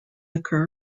occur